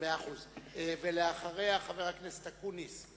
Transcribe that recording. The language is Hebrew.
אחריה, חבר הכנסת אקוניס.